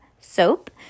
Soap